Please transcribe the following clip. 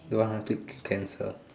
don't want c~ can cancel